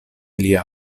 lia